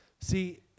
See